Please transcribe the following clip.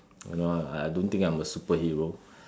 you know I don't think I'm a superhero